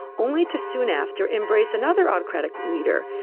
only to soon after embrace another autocratic leader.